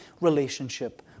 relationship